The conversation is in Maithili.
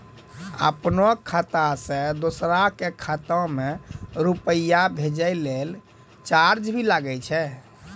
आपनों खाता सें दोसरो के खाता मे रुपैया भेजै लेल चार्ज भी लागै छै?